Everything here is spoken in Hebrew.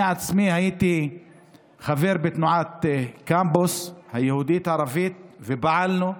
אני עצמי הייתי חבר בתנועת קמפוס יהודית-ערבית ופעלנו,